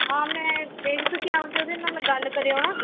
ਹਾਂ ਮੈਂ ਦੇਖ ਤੁਸੀਂ ਆਪਣੇ ਉਹਦੇ ਨਾਲ ਗੱਲ ਕਰਿਓ ਨਾ